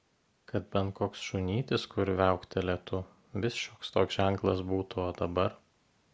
kad bent koks šunytis kur viauktelėtų vis šioks toks ženklas būtų o dabar